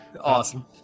Awesome